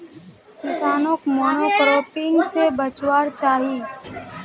किसानोक मोनोक्रॉपिंग से बचवार चाही